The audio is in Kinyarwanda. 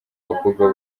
abakobwa